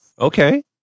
Okay